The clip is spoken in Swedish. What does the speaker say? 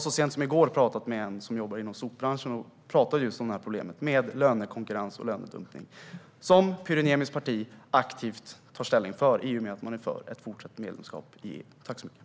Så sent som i går pratade jag med en person som jobbar inom sopbranschen om problemet med lönekonkurrens och lönedumpning, vilket Pyry Niemis parti aktivt tar ställning för i och med att de är för ett fortsatt medlemskap i EU.